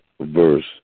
verse